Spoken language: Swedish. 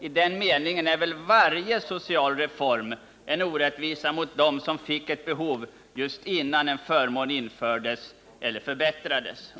I den meningen är varje social reform en orättvisa mot dem som fick ett behov just innan en förmån infördes eller någonting förbättrades.